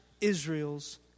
Israel's